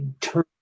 turn